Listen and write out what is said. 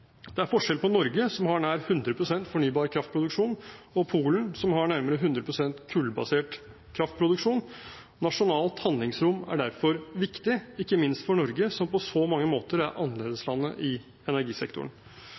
Det er forskjell på Norge, som har nær 100 pst. fornybar kraftproduksjon, og Polen, som har nærmere 100 pst. kullbasert kraftproduksjon. Nasjonalt handlingsrom er derfor viktig, ikke minst for Norge som på så mange måter er annerledeslandet i energisektoren.